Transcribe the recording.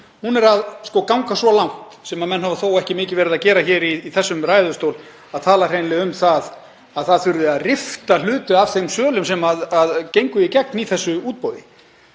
Hún gengur svo langt, sem menn hafa þó ekki mikið verið að gera hér í þessum ræðustól, að tala hreinlega um að það þurfi að rifta hluta af þeim sölum sem gengu í gegn í þessu útboði.